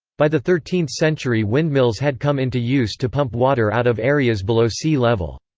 by the thirteenth century windmills had come into use to pump water out of areas below sea level.